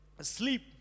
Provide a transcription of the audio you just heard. sleep